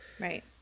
Right